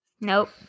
nope